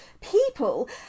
people